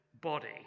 body